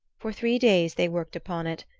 for three days they worked upon it,